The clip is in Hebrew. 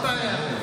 מה הבעיה?